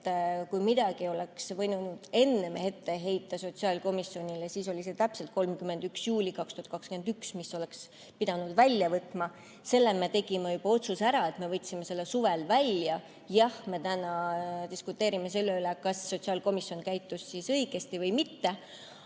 et kui midagi oleks võinud enne ette heita sotsiaalkomisjonile, siis oli see täpselt see [tähtpäev] 31. juuli 2021, mille oleks pidanud välja võtma. Selle kohta me tegime juba otsuse ära ja me võtsime selle suvel välja. Jah, me täna diskuteerime selle üle, kas sotsiaalkomisjon käitus õigesti või mitte.